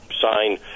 sign